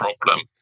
problem